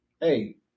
Hey